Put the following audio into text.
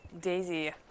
Daisy